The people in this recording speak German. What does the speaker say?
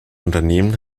unternehmen